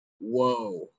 whoa